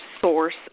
source